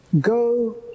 Go